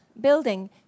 building